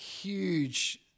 huge